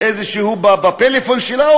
כלשהו בפלאפון שלה,